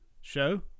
show